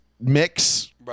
mix